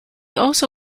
also